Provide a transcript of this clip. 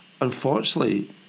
unfortunately